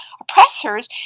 oppressors